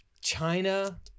China